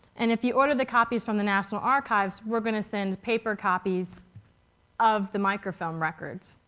and if you order the copies from the national archives we're going to send paper copies of the microfilm records,